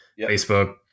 Facebook